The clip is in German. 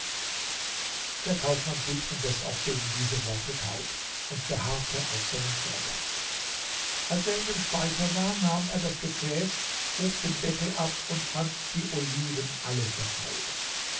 der kaufmann blieb indes auch gegen diese worte taub und beharrte auf seinem vorsatz als er in dem speicher war nahm er das gefäß hob den deckel ab und fand die oliven alle verfault